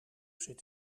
zit